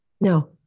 No